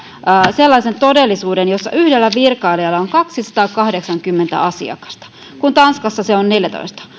sellaisen todellisuuden jossa yhdellä virkailijalla on kaksisataakahdeksankymmentä asiakasta kun tanskassa se on neljätoista